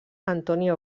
antonio